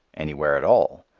anywhere at all.